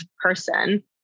person